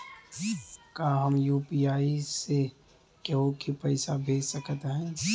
का हम यू.पी.आई से केहू के पैसा भेज सकत हई?